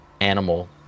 animal